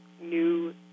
new